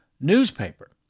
newspaper